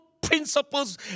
principles